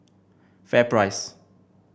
FairPrice